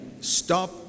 Stop